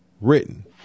written